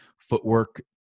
footwork